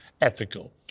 ethical